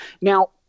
Now